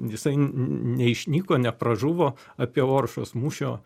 jisai neišnyko nepražuvo apie oršos mūšio